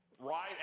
Right